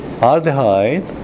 aldehyde